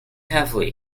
heavily